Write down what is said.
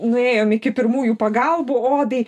nuėjom iki pirmųjų pagalbų odai